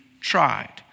tried